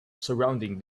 surrounding